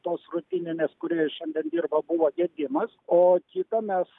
tos rutininkės kuri šiandien dirba buvo gedimas o kitą mes